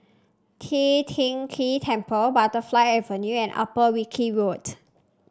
Tian Teck Keng Temple Butterfly Avenue and Upper Wilkie Road